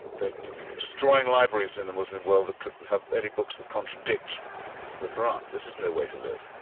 they're destroying libraries in the muslim world that could have any books that contradict the qur'an, this is no way to live.